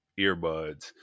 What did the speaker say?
earbuds